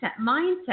mindset